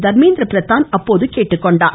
தர்மேந்திர பிரதான் கேட்டுக்கொண்டார்